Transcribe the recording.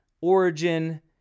Origin